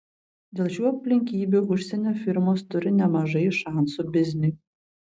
dėl šių aplinkybių užsienio firmos turi nemažai šansų bizniui